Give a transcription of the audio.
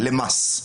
למס.